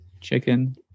chicken